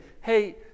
hey